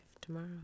tomorrow